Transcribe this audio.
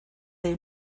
they